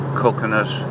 coconut